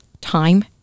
time